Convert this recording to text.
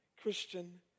Christian